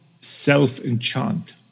self-enchant